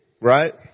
right